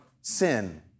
sin